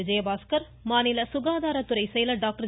விஜயபாஸ்கர் மாநில சுகாதாரத்துறை செயலர் டாக்டர்